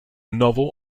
novel